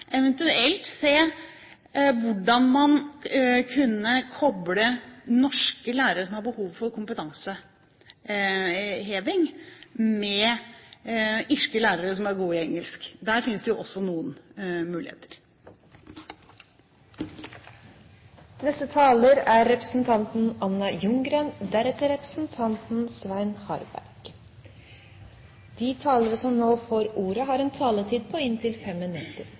eventuelt se hvordan man kunne koble norske lærere som har behov for kompetanseheving, med irske lærere som er gode i engelsk. Der finnes det også noen muligheter. Det er